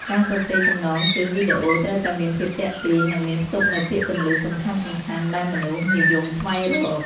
ការសរសេរចំណងជើងវីដេអូ ត្រូវតែមានភាពទាក់ទាញ និងមានផ្ទុកនូវពាក្យគន្លឹះសំខាន់ៗដែលមនុស្សនិយមស្វែងរក។